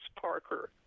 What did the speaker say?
Parker